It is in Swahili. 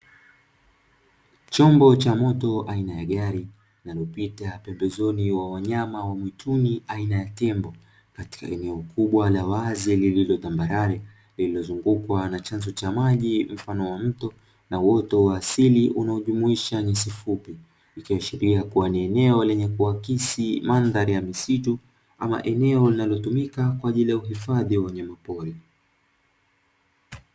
Chombo cha moto aina ya gari linalopita pembezoni mwa wanyama wa mwituni aina ya tembo, katika eneo kubwa la wazi lililo tambarare, lililozungukwa na chanzo cha maji mfano wa mto na uoto wa asili unaojumuisha nyasi fupi, ikiashiria kuwa ni eneo lenye kuakisi mandhari ya misitu, ama eneo linalotumika kwa ajili ya uhifadhi wa wanyamapori.